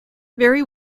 very